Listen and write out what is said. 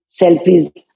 selfies